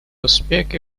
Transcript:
успехи